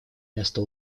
место